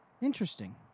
Interesting